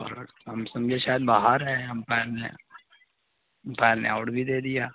اور ہم سمجھے شاید باہر ہے امپائر نے امپائر نے آؤٹ بھی دے دیا